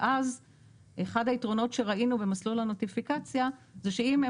אז אחד היתרונות שראינו במסלול הנוטיפיקציה זה שאם הם